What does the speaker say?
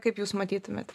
kaip jūs matytumėt